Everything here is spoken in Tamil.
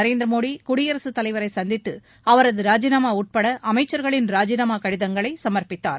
நரேந்திர மோடி குடியரசுத்தலைவரை சந்தித்து அவரது ராஜினாமா உட்பட அமைச்சர்களின் ராஜினாமா கடிதங்களை சமர்ப்பித்தார்